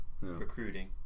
recruiting